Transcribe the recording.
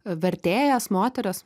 vertėjas moteris